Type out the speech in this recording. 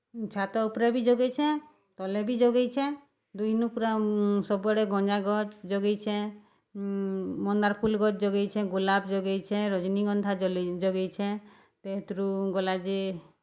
ଛାତ ଉପ୍ରେ ବି ଜଗେଇଛେଁ ତଲେ ବି ଜଗେଇଛେଁ ଦୁଇନୁ ପୁରା ସବୁଆଡ଼େ ଗଞ୍ଜାଗଛ୍ ଜଗେଇଛେଁ ମନ୍ଦାର୍ ଫୁଲ୍ ଗଛ୍ ଜଗେଇଛେଁ ଗୋଲାପ୍ ଜଗେଇଛେଁ ରଜ୍ନୀଗନ୍ଧା ଜଗେଇଛେଁ ତେଥିରୁ ଗଲା ଯେ